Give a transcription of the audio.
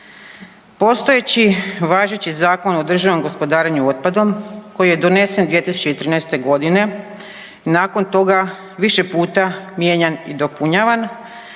Postojeći važeći Zakon o državnom gospodarenju otpadom koji je donesen 2013. godine i nakon toga više puta mijenjan i dopunjavan